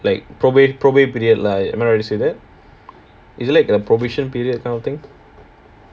like probate proba~ period lah am I right to say that isn't it the probation period kind of thing